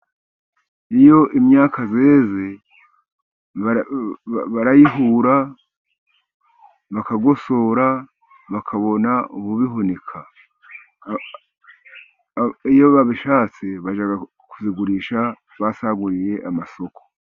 Iyo imyaka yeze, barayihura, bakagosora, bakabona ubuyihunika. Iyo babishatse bajya kuyigurisha ,basaguriye amasoko.